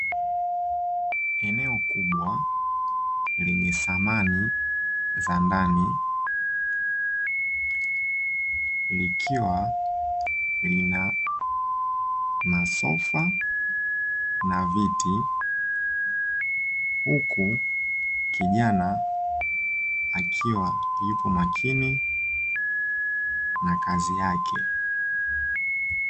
Eneo kubwa lenye samani za ndani likiwa lina masofa na viti, huku kijana akiwa yupo makini na kazi yake.